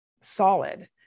solid